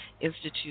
Institute